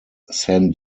san